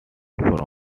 from